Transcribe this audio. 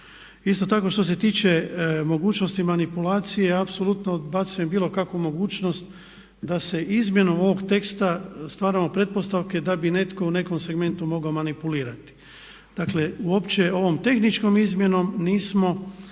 Isto tako što se tiče mogućnosti manipulacija apsolutno odbacujem bilo kakvu mogućnost da se izmjenom ovog teksta stvaramo pretpostavke da bi netko u nekom segmentu mogao manipulirati. Dakle uopće ovom tehničkom izmjenom nismo